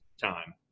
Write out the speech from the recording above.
time